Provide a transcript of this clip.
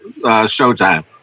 Showtime